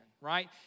right